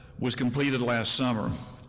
was completed last summer.